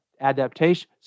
adaptation